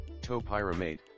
topiramate